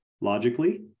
logically